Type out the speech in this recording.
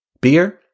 beer